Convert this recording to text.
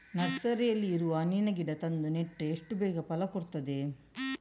ನರ್ಸರಿನಲ್ಲಿ ಇರುವ ಹಣ್ಣಿನ ಗಿಡ ತಂದು ನೆಟ್ರೆ ಎಷ್ಟು ಬೇಗ ಫಲ ಕೊಡ್ತದೆ